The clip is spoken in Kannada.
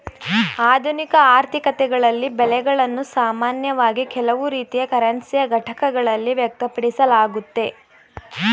ಆಧುನಿಕ ಆರ್ಥಿಕತೆಗಳಲ್ಲಿ ಬೆಲೆಗಳನ್ನು ಸಾಮಾನ್ಯವಾಗಿ ಕೆಲವು ರೀತಿಯ ಕರೆನ್ಸಿಯ ಘಟಕಗಳಲ್ಲಿ ವ್ಯಕ್ತಪಡಿಸಲಾಗುತ್ತೆ